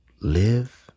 live